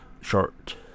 short